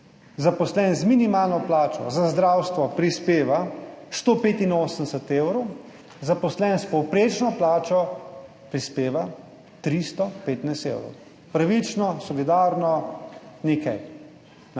zaposleni z minimalno plačo za zdravstvo prispeva 185 evrov, zaposleni s povprečno plačo prispeva 315 evrov. Pravično, solidarno, ni kaj,